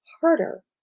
harder